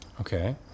Okay